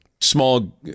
Small